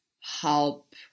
help